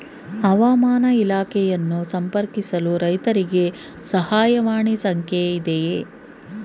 ಹವಾಮಾನ ಇಲಾಖೆಯನ್ನು ಸಂಪರ್ಕಿಸಲು ರೈತರಿಗೆ ಸಹಾಯವಾಣಿ ಸಂಖ್ಯೆ ಇದೆಯೇ?